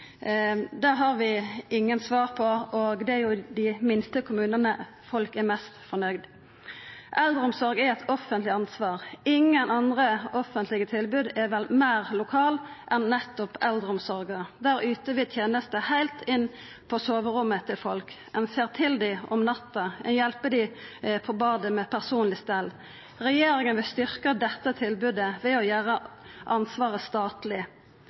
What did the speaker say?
Det har vi ingen svar på. Det er jo i dei minste kommunane folk er mest fornøgde. Eldreomsorg er eit offentleg ansvar. Ingen andre offentlege tilbod er vel meir lokale enn nettopp eldreomsorga. Der utøver ein tenester heilt inn på soverommet til folk. Ein ser til dei om natta, ein hjelper dei på badet med personleg stell. Regjeringa vil styrkja dette tilbodet ved å gjera ansvaret statleg.